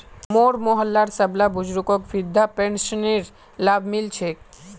मोर मोहल्लार सबला बुजुर्गक वृद्धा पेंशनेर लाभ मि ल छेक